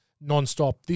non-stop